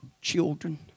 children